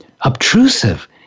obtrusive